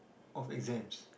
of exams